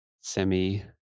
Semi